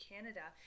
Canada